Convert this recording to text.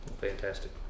Fantastic